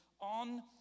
on